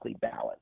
balanced